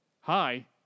Hi